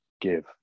give